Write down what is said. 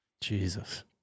Jesus